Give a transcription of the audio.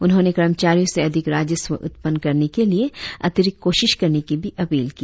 उन्होंने कर्मचारियों से अधिक राजस्व उत्पन्न करने के लिए अतिरिक्त कोशिश करने की भी अपील की